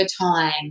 time